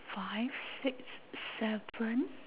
five six seven